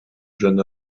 jeune